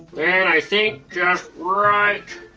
and i think just. right.